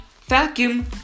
vacuum